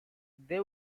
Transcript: they